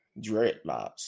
dreadlocks